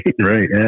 right